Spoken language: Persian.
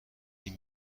این